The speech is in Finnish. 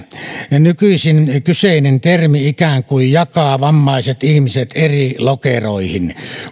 nykyisin kyseinen termi ikään kuin jakaa vammaiset ihmiset eri lokeroihin